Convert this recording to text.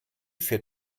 für